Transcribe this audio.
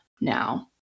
now